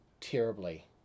terribly